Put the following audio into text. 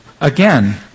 again